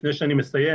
לפני שאני מסיים